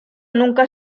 nunca